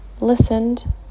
listened